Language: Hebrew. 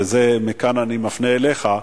ומכאן אני פונה אליך,